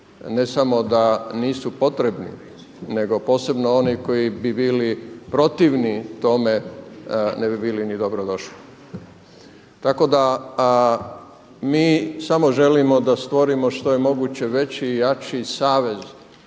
ne samo da nisu potrebni, nego posebno oni koji bi bili protivni tome ne bi bili ni dobro došli. Tako da mi samo želimo da stvorimo što je moguće veći i jači savez